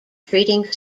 treating